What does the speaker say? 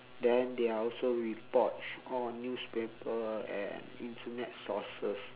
then there are also reports on newspaper and internet sources